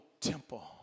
temple